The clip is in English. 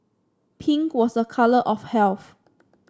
pink was a colour of health